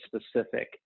specific